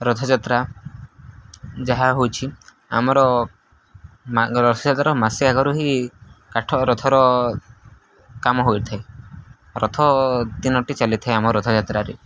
ରଥଯାତ୍ରା ଯାହା ହେଉଛି ଆମର ରଥଯାତ୍ରାର ମାସେ ଆଗରୁ ହିଁ କାଠ ରଥର କାମ ହୋଇଥାଏ ରଥ ତିନୋଟି ଚାଲିଥାଏ ଆମ ରଥଯାତ୍ରାରେ